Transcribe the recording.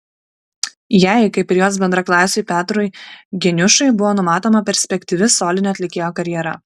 jai kaip ir jos bendraklasiui petrui geniušui buvo numatoma perspektyvi solinio atlikėjo karjera